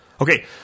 Okay